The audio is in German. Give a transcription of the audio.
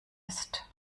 ist